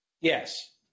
Yes